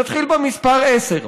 נתחיל במספר 10,